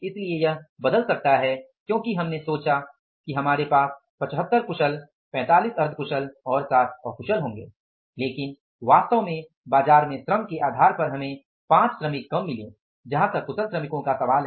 इसलिए यह बदल सकता है क्योंकि हमने सोचा कि हमारे पास 75 कुशल 45 अर्ध कुशल और 60 अकुशल होंगे लेकिन वास्तव में बाजार में श्रम के आधार पर हमें 5 श्रमिक कम मिले जहाँ तक कुशल श्रमिकों का सवाल हैं